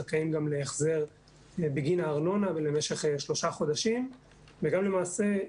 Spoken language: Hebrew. זכאים גם להחזר בגין הארנונה למשך שלושה חודשים וגם למעשה,